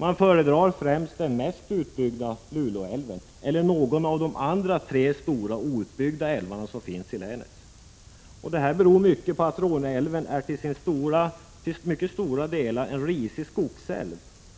Man föredrar främst den mest utbyggda Luleälven eller någon av de andra tre stora outbyggda älvarna i länet. Detta beror väsentligen på att Råneälven till stora delar är en risig